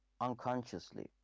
unconsciously